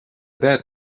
that